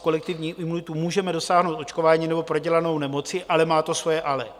Kolektivní imunitu můžeme dosáhnout očkováním nebo prodělanou nemocí, ale má to svoje ale.